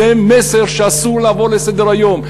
זה מסר שאסור לעבור עליו לסדר-היום.